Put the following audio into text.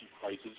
prices